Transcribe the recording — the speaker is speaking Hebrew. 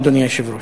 אדוני היושב-ראש.